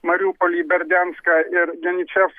mariupolį berdianską ir denyčevską